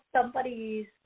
somebody's